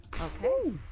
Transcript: Okay